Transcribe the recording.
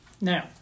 Now